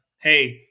hey